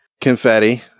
Confetti